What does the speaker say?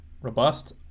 robust